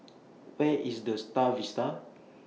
Where IS The STAR Vista